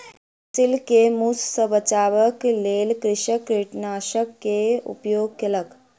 फसिल के मूस सॅ बचाबअ के लेल कृषक कृंतकनाशक के उपयोग केलक